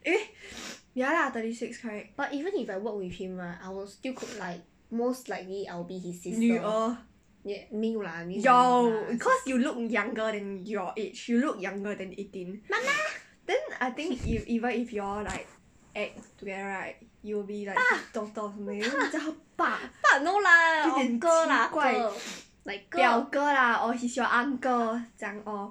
but even if I work with him right I will still like most likely I'll be his sister 没有 lah sister 妈妈 爸爸爸 no lah or 哥 lah like 哥